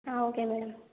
okay madam